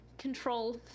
control